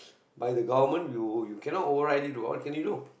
by the government you you cannot override it right what can you do